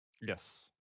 Yes